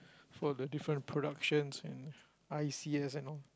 for the different productions and i_c_s and all